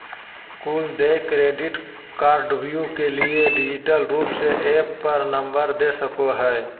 कुल देय क्रेडिट कार्डव्यू के लिए डिजिटल रूप के ऐप पर नंबर दे सको हइ